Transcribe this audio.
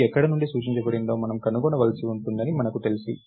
b ఎక్కడ నుండి సూచించబడిందో మనం కనుగొనవలసి ఉంటుందని మనకు తెలుసు